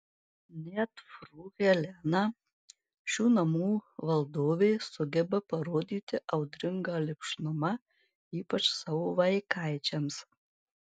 net fru helena šių namų valdovė sugeba parodyti audringą lipšnumą ypač savo vaikaičiams